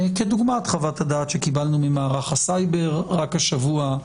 כדוגמת חוות הדעת שקיבלנו ממערך הסייבר רק השבוע,